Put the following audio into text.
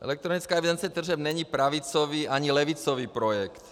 Elektronická evidence tržeb není pravicový ani levicový projekt.